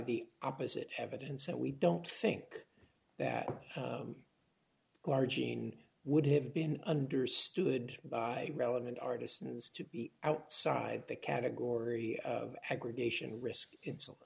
the opposite evidence that we don't think that our gene would have been understood by relevant artisans to be outside the category of aggregation risk insulin